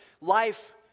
life